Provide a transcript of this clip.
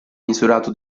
misurato